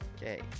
Okay